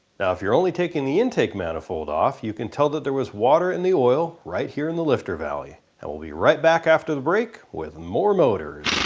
now if you're only taking the intake manifold off you can tell that there was water in the oil right here in the lifter valley. and we'll be right back after the break with more motorz